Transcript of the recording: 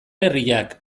herriak